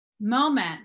moment